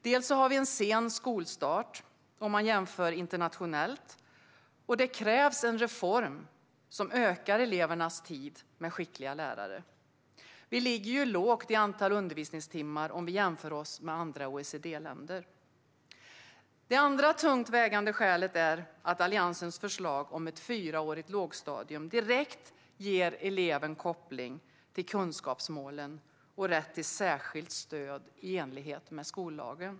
Vi har en sen skolstart om man jämför internationellt, och det krävs en reform som ökar elevernas tid med skickliga lärare. Vi ligger ju lågt i antal undervisningstimmar om vi jämför oss med andra OECD-länder. Det andra tungt vägande skälet är att Alliansens förslag om ett fyraårigt lågstadium direkt ger eleven en koppling till kunskapsmålen och rätt till särskilt stöd i enlighet med skollagen.